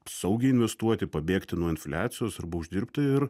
saugiai investuoti pabėgti nuo infliacijos arba uždirbti ir